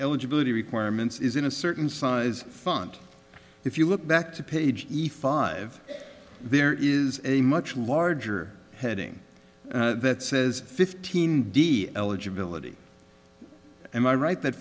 eligibility requirements is in a certain size fund if you look back to page e file of there is a much larger heading that says fifteen d eligibility am i right that